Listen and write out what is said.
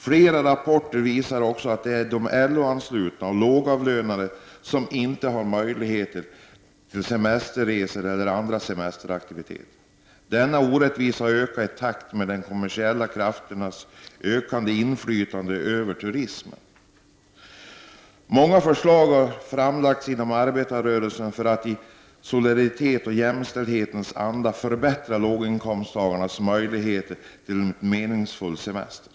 Flera rapporter visar också att det är de LO-anslutna och lågavlönade som inte har en möjlighet till semesterresor eller andra semesteraktiviteter. Denna orättvisa har ökat i takt med att de kommersiella krafterna ökat sitt inflytande över turismen. Många förslag har framlagts inom arbetarrörelsen för att man i solidaritetens och jämlikhetens anda skall förbättra låginkomsttagarnas möjligheter till en meningsfull semester.